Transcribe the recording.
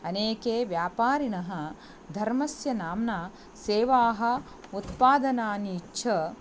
अनेके व्यापारिणः धर्मस्य नाम्ना सेवाः उत्पादनानि च